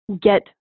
get